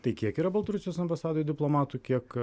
tai kiek yra baltarusijos ambasadoj diplomatų kiek